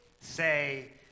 say